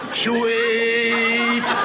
sweet